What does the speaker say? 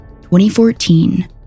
2014